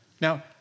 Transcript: Now